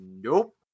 nope